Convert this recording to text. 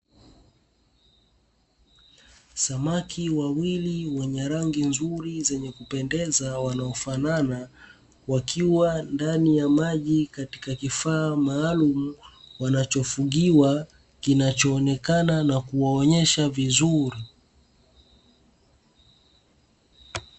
Samaki wawili wenye rangi nzuri zenye kupendeza wanaofanana, wakiwa ndani ya maji katika kifaa maalumu wanachofugiwa, kinachoonekana na kuwaonyesha vizuri.